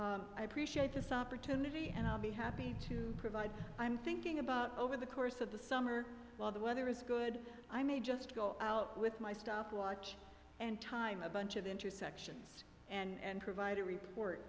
that i appreciate this opportunity and i'll be happy to provide i'm thinking about over the course of the summer while the weather is good i may just go out with my stopwatch and time a bunch of intersections and provide a report